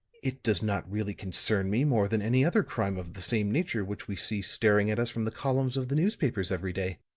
it does not really concern me more than any other crime of the same nature which we see staring at us from the columns of the newspapers every day.